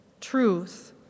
truth